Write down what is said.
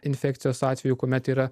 infekcijos atveju kuomet yra